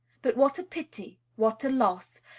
but what a pity, what a loss,